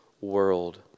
world